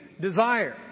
desire